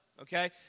Okay